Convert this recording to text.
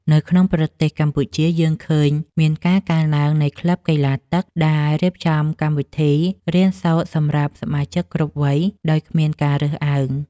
នៅក្នុងប្រទេសកម្ពុជា យើងឃើញមានការកើនឡើងនៃក្លឹបកីឡាទឹក ដែលរៀបចំកម្មវិធីរៀនសូត្រសម្រាប់សមាជិកគ្រប់វ័យដោយគ្មានការរើសអើង។